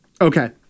Okay